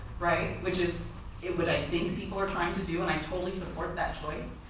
right? which is what i think people are trying to do and i totally support that choice,